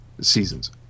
seasons